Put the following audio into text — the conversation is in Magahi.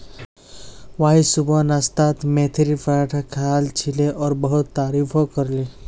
वाई सुबह नाश्तात मेथीर पराठा खायाल छिले और बहुत तारीफो करले